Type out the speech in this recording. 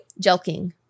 Jelking